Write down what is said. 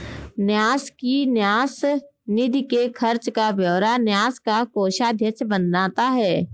न्यास की न्यास निधि के खर्च का ब्यौरा न्यास का कोषाध्यक्ष बनाता है